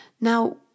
Now